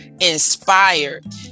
inspired